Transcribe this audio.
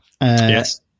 Yes